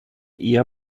eher